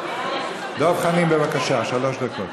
דב חנין, בבקשה, שלוש דקות.